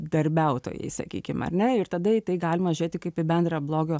darbiautojai sakykim ar ne ir tada į tai galima žiūrėti kaip į bendrą blogio